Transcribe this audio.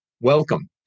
Welcome